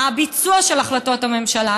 הביצוע של החלטות הממשלה,